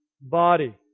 body